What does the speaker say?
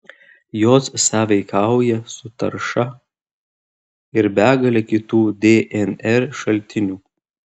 jos sąveikauja su tarša ir begale kitų dnr šaltinių